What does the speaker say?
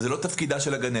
זה לא תפקידה של הגננת.